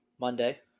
Monday